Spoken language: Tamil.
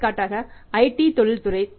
எடுத்துக்காட்டாக IT தொழில்துறை